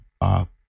up